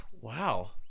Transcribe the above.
wow